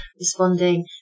responding